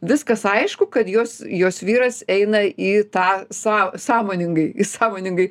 viskas aišku kad jos jos vyras eina į tą sa sąmoningai jis sąmoningai